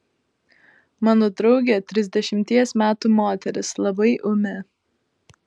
mano draugė trisdešimties metų moteris labai ūmi